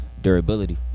durability